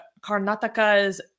Karnataka's